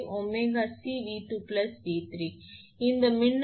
05𝜔𝐶 𝑉2 𝑉3 ஏனெனில் இந்த மின்னழுத்தம் இது உண்மையில் 𝑉2 𝑉3